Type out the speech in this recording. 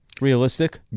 realistic